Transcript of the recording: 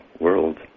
world